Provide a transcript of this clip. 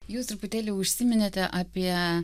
jūs truputėlį užsiminėte apie